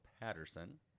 Patterson